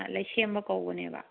ꯂꯩꯁꯦꯝꯕ ꯀꯧꯕꯅꯦꯕ